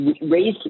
raise